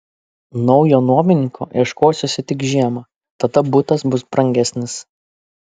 naujo nuomininko ieškosiuosi tik žiemą tada butas bus brangesnis